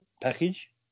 package